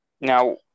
now